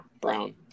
Brown